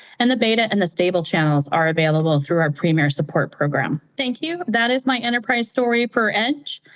and the data and the stable channels are available through our premier support program. thank you. that is my enterprise story for edge.